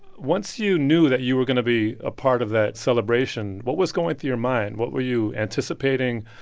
once you knew that you were going to be a part of that celebration, what was going through your mind? what were you anticipating?